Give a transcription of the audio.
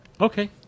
Okay